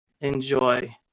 enjoy